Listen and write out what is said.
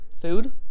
food